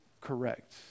correct